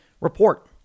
report